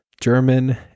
German